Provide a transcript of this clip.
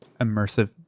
immersive